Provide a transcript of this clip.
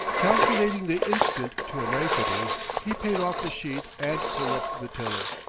calculating the instant to a nicety, he paid off the sheet and pulled up the tiller.